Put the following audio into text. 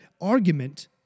argument